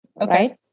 Okay